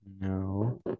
No